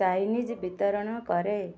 Chinese ବିତରଣ କରେ